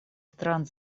стран